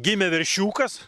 gimė veršiukas